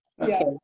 Okay